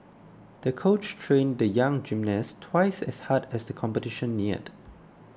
the coach trained the young gymnast twice as hard as the competition neared